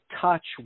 touch